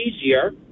easier